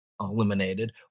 eliminated